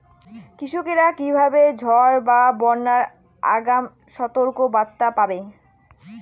কৃষকেরা কীভাবে ঝড় বা বন্যার আগাম সতর্ক বার্তা পাবে?